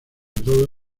todo